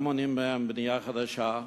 גם מונעים מהם בנייה חדשה,